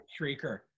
shrieker